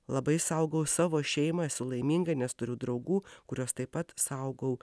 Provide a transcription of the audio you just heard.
labai saugau savo šeimą esu laiminga nes turiu draugų kuriuos taip pat saugau